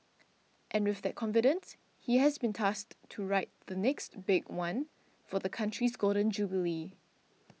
and with that confidence he has been tasked to write the 'next big one' for the country's Golden Jubilee